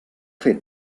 fer